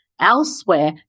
elsewhere